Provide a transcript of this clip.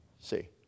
See